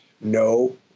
no